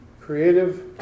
creative